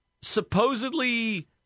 supposedly